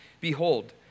Behold